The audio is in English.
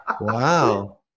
Wow